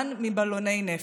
כולן מבלוני נפץ.